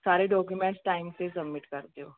ਸਾਰੇ documents time ਸਿਰ submit ਕਰ ਦਿਓ